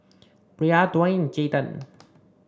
Brea Dwain and Jayden